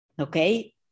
Okay